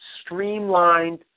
streamlined